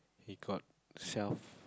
he got self